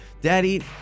Daddy